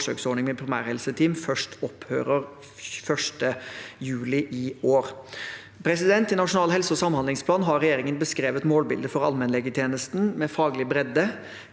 forsøksordning med primærhelseteam først opphører 1. juli i år. I Nasjonal helse- og samhandlingsplan har regjeringen beskrevet målbildet for allmennlegetjenesten med faglig bredde,